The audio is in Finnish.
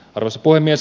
arvoisa puhemies